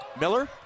Miller